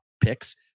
picks